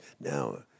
Now